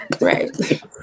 right